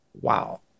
Wow